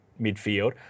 midfield